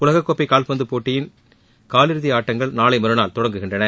உலகக்கோப்பை கால்பந்து போட்டியின் காலிறுதி ஆட்டங்கள் நாளை மறுநாள் தொடங்குகின்றன